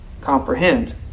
comprehend